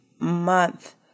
Month